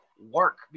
work